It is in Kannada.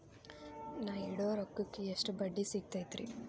ನಾ ಇಡೋ ರೊಕ್ಕಕ್ ಎಷ್ಟ ಬಡ್ಡಿ ಸಿಕ್ತೈತ್ರಿ?